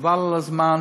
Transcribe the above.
חבל על הזמן.